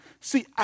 See